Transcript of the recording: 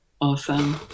Awesome